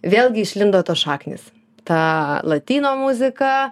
vėlgi išlindo tos šaknys ta latina muzika